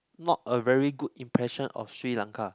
not a very good impression of Sri-Lanka